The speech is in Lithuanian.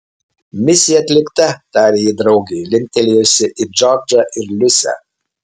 misija atlikta tarė ji draugei linktelėjusi į džordžą ir liusę